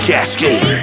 Cascade